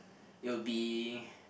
it'll be